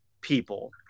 people